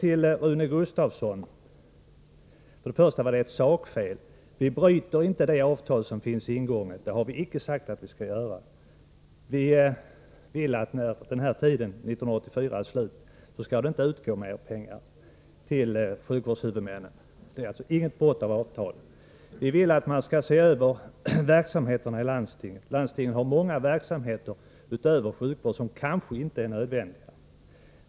Till Rune Gustavsson: Först och främst var det ett sakfel i hans anförande. Vi bryter inte det avtal som är ingånget, det har vi icke sagt att vi skall göra. Vi vill inte att mer pengar skall utgå till sjukvårdshuvudmännen efter 1984. Det är alltså inte fråga om något brott mot avtal. Vi vill att man skall se över verksamheterna i landstinget. Landstinget har många verksamheter utöver sjukvård som kanske inte är nödvändiga.